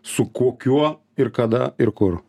su kokiuo ir kada ir kur